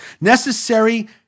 necessary